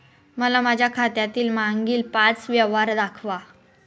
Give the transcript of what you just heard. मला माझ्या खात्यातील मागील पांच व्यवहार दाखवा